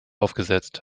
aufgesetzt